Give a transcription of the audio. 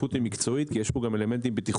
הכפיפות היא מקצועית כי יש פה גם אלמנטים בטיחותיים.